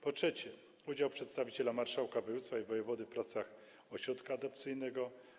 Po trzecie, udział przedstawiciela marszałka województwa i wojewody w pracach ośrodka adopcyjnego.